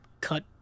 cut